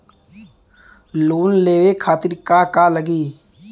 Loan लेवे खातीर का का लगी?